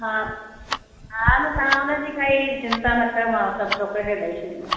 हा हा न तव्हां हुननि जी काई चिंता न कयो मां सभु छोकिरे के ॾेई छॾींदमि